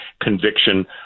conviction